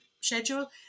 schedule